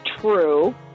true